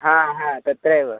हा हा तत्रैव